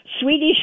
Swedish